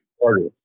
harder